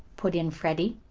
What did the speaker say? put in freddie.